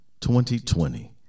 2020